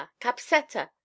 capseta